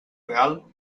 real